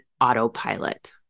autopilot